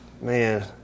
Man